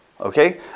Okay